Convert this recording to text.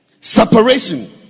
Separation